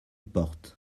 porte